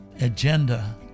agenda